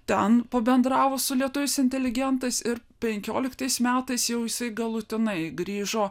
ten pabendravo su lietuviais inteligentais ir penkioliktais metais jau jisai galutinai grįžo